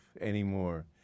anymore